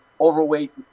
overweight